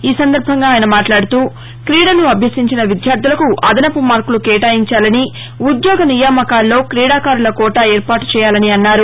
ఈ సందర్భంగా ఆయన మాట్లాడుతూక్రీడలు అభ్యసించిన విద్యార్లలకు ఆదనపు మార్కులు కేటాయించాలని ఉద్యోగ నియామకాల్లో క్రీడాకారుల కోటా ఏర్పాటు చేయాలని అన్నారు